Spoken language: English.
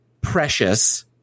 precious